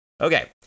Okay